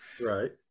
Right